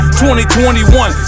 2021